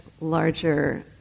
larger